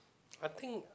I think